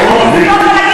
שנייה.